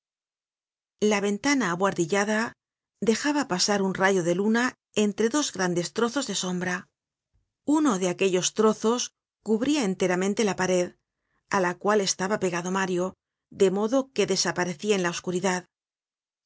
la jondrette entró la ventanilla abuhardillada dejaba pasar un rayo de luna entre dos grandes trozos de sombra uno de aquellos trozos cubria enteramente la pared á la cual estaba pegado mario de modo que desaparecia en la oscuridad